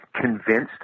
convinced